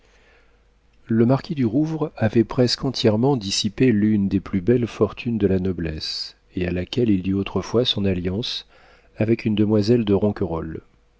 le marquis du rouvre avait presque entièrement dissipé l'une des plus belles fortunes de la noblesse et à laquelle il dut autrefois son alliance avec une demoiselle de